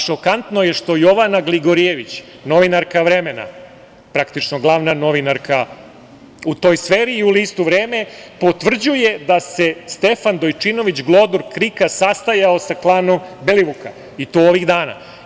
Šokantno je što Jovana Gligorijević, novinarka „Vremena“, praktično glavna novinarka u toj sferi i u listu „Vreme“ potvrđuje da se Stefan Dojčinović KRIK-a sastajao sa klanom Belivuka, i to ovih dana.